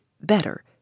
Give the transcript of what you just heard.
better